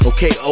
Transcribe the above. Okay